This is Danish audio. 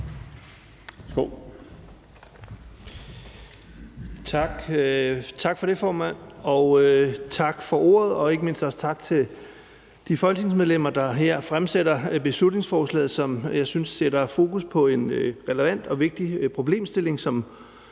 Tak for det, formand. Og tak for ordet, og ikke mindst også tak til de folketingsmedlemmer, der fremsætter det her beslutningsforslag, som jeg synes sætter fokus på en relevant og vigtig problemstilling. Som